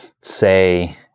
say